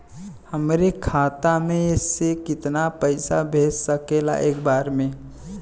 हमरे खाता में से कितना पईसा भेज सकेला एक बार में?